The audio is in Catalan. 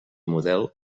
model